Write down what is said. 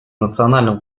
национальном